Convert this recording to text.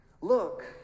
Look